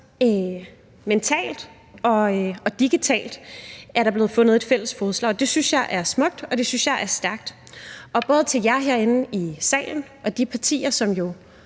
mentalt og digitalt er der blevet fundet et fælles fodslag, og det synes jeg er smukt, og det synes jeg er stærkt. Og både til jer herinde i salen og til de partier, som jo